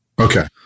okay